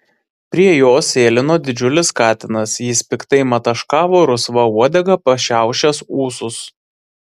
prie jos sėlino didžiulis katinas jis piktai mataškavo rusva uodega pašiaušęs ūsus